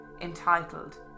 entitled